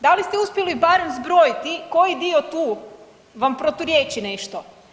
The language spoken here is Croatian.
Da li ste uspjeli barem zbrojiti koji dio tu vam proturječi nešto?